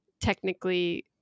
technically